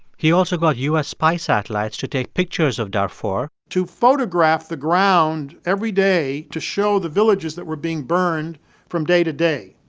he also got u s. spy satellites to take pictures of darfur to photograph the ground every day to show the villages that were being burned from day to day.